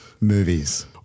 movies